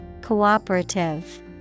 Cooperative